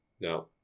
No